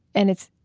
and it's,